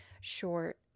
short